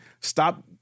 Stop